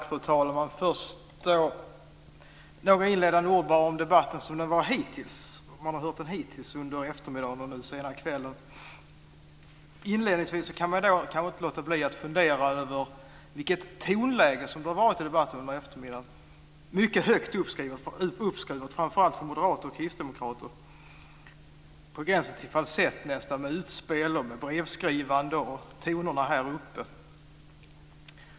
Fru talman! Jag har några inledande ord om debatten som den har varit hittills under eftermiddagen och under den sena kvällen. Jag kan inte låta bli att fundera över vilket tonläge det har varit i debatten. Det har varit mycket högt uppskruvat, framför allt från moderater och kristdemokrater. Det har nästan varit på gränsen till falsett, med utspel och brevskrivande och med tonerna här uppe.